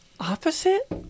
Opposite